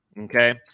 Okay